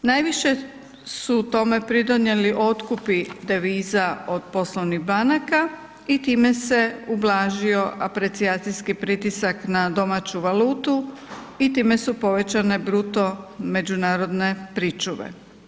Najviše su u tome pridonijeli otkupi deviza od poslovnih banaka i time se ublažio aprecijacijski pritisak na domaću valutu i time su povećane bruto međunarodne pričuve.